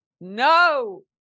no